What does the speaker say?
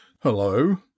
Hello